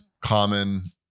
common